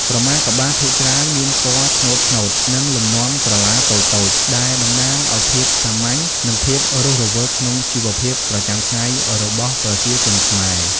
ក្រមាកប្បាសភាគច្រើនមានពណ៌ឆ្នូតៗ និងលំនាំក្រឡាតូចៗ ដែលតំណាងឱ្យភាពសាមញ្ញ និងភាពរស់រវើកក្នុងជីវភាពប្រចាំថ្ងៃរបស់ប្រជាជនខ្មែរ។